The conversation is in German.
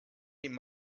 dem